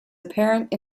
apparent